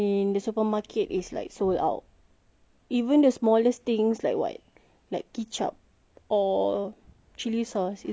even the smallest things like what like ketchup or chilli sauce it's very hard to find the brand that you always use